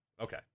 Okay